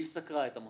שסקרה את המוסדות,